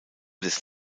des